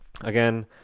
Again